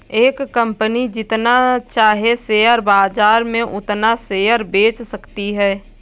एक कंपनी जितना चाहे शेयर बाजार में उतना शेयर बेच सकती है